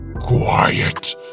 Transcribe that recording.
quiet